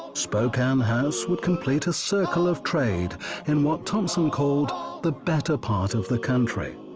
spokane house would complete a circle of trade in what thompson called the better part of the country.